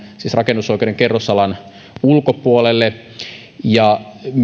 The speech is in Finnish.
siis rakennusoikeuden kerrosalan ulkopuolelle ja